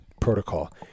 protocol